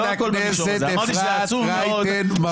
חברת הכנסת אפרת רייטן מרום,